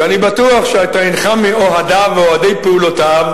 שאני בטוח שאתה אינך מאוהדיו ואוהדי פעולותיו,